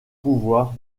pouvoirs